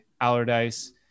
Allardyce